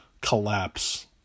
collapse